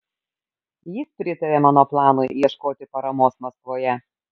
jis pritarė mano planui ieškoti paramos maskvoje